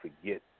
forget